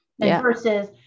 versus